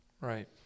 Right